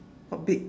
what big